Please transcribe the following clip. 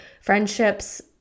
friendships